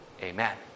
Amen